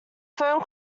phone